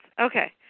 Okay